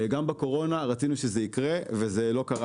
גם בקורונה רצינו שזה יקרה וזה לא קרה,